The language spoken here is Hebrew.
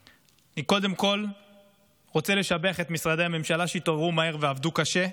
אני קודם כול רוצה לשבח את משרדי הממשלה שהתעוררו מהר ועבדו קשה,